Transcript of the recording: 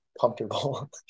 comfortable